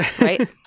Right